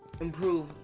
improve